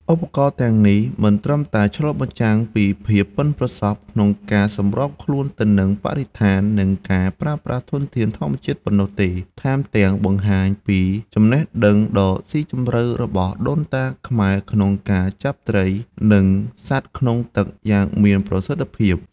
ឧបករណ៍ទាំងនេះមិនត្រឹមតែឆ្លុះបញ្ចាំងពីភាពប៉ិនប្រសប់ក្នុងការសម្របខ្លួនទៅនឹងបរិស្ថាន និងការប្រើប្រាស់ធនធានធម្មជាតិប៉ុណ្ណោះទេ ថែមទាំងបង្ហាញពីចំណេះដឹងដ៏ស៊ីជម្រៅរបស់ដូនតាខ្មែរក្នុងការចាប់ត្រី និងសត្វក្នុងទឹកយ៉ាងមានប្រសិទ្ធភាព។